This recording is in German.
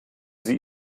sie